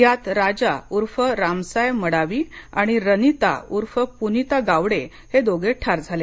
यात राजा उर्फ रामसाय मडावी आणि रनिता उर्फ प्रनिता गावडे हे दोघे ठार झाले